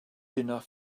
enough